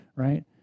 right